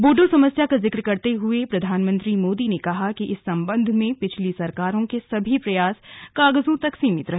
बोडो समस्या का जिक्र करते हुए प्रधानमंत्री मोदी ने कहा कि इस संबंध में पिछली सरकारों के सभी प्रयास कागजों तक सीमित रहे